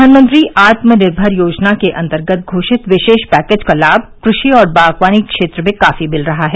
प्रधानमंत्री आत्मनिर्भर योजना के अंतर्गत घोषित विशेष पैकेज का लाभ कृषि और बागवानी क्षेत्र में काफी मिल रहा है